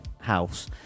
house